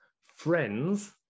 friends